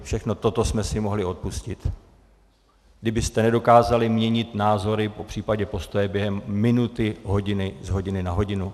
Všechno toto jsme si mohli odpustit, kdybyste nedokázali měnit názory, popřípadě postoje během minuty, hodiny, z hodiny na hodinu.